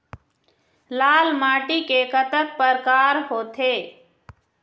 लाल माटी के कतक परकार होथे?